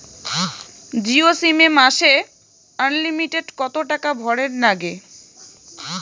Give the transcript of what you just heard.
Jio SIM এ মাসে unlimited কত টাকা ভরের নাগে?